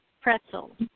pretzel